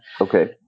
Okay